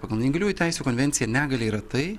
pagal neįgaliųjų teisių konvenciją negalia yra tai